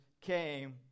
came